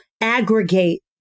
aggregate